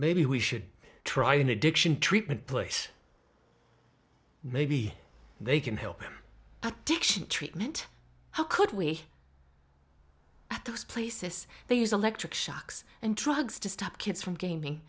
maybe we should try an addiction treatment push maybe they can help diction treatment how could we get those places they use electric shocks and drugs to stop kids from gaming